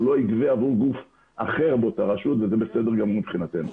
לא יגבה עבור גוף אחר באותה רשות וזה בסדר גמור מבחינתנו.